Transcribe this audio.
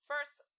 First